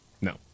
No